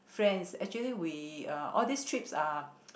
friends actually we uh all these trips are